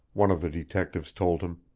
one of the detectives told him.